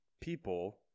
people